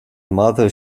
mother